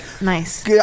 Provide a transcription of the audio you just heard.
Nice